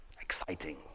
exciting